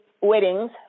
Weddings